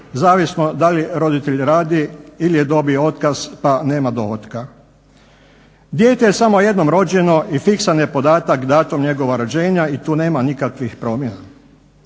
zavisno da li roditelj radi ili je dobio otkaz pa nema dohotka. Dijete je samo jednom rođeno i fiksan je podatak datum njegova rođenja i tu nema nikakvih promjena.